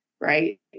Right